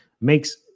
Makes